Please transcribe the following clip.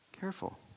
Careful